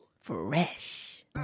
Fresh